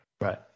Right